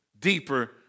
deeper